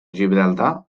gibraltar